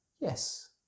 Yes